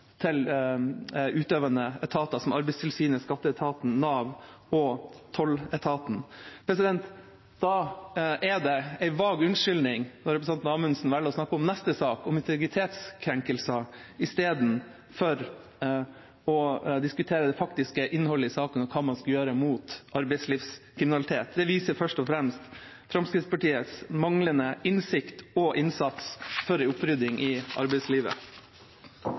til utøvende etater som Arbeidstilsynet, skatteetaten, Nav og tolletaten. Da er det en vag unnskyldning når representanten Amundsen velger å snakke om neste sak, om integritetskrenkelser, i stedet for å diskutere det faktiske innholdet i saken og hva man skal gjøre mot arbeidslivskriminalitet. Det viser først og fremst Fremskrittspartiets manglende innsikt og innsats for en opprydding i arbeidslivet.